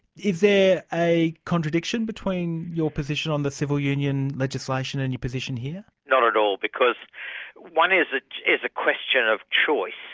is there a contradiction between your position on the civil union legislation and your position here? not at all because one is ah is a question of choice.